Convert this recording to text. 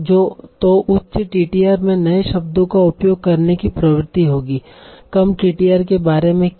तो उच्च टीटीआर में नए शब्दों का उपयोग करने की प्रवृत्ति होगी कम टीटीआर के बारे में क्या